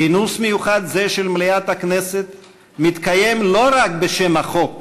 כינוס מיוחד זה של מליאת הכנסת מתקיים לא רק בשם החוק,